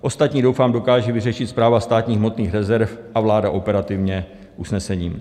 Ostatní, doufám, dokáže vyřešit Správa státních hmotných rezerv a vláda operativně usnesením.